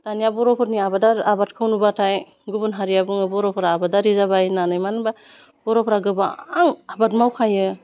दानिया बर'फोरनि आबादखौ नुबाथाय गुबुन हारिया बुङो बर'फोरा आबादारि जाबाय होन्नानै मानो होनबा बर'फोरा गोबां आबाद मावखायो